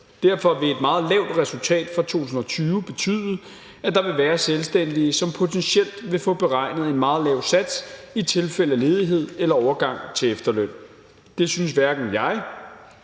Derfor vil et meget lavt resultat for 2020 betyde, at der vil være selvstændige, som potentielt vil få beregnet en meget lav sats i tilfælde af ledighed eller overgang til efterløn. Det synes hverken jeg